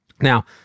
Now